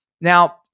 Now